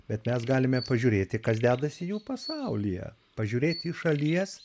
bet mes galime pažiūrėti kas dedasi jų pasaulyje pažiūrėti iš šalies